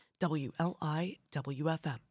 W-L-I-W-F-M